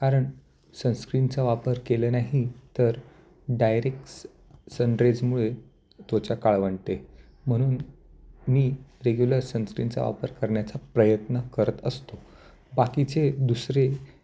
कारण सनस्क्रीनचा वापर केलं नाही तर डायरेक् सनरेजमुळे त्वचा काळवंडते म्हणून मी रेग्युलर सनस्क्रीनचा वापर करण्याचा प्रयत्न करत असतो बाकीचे